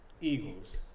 Eagles